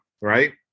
Right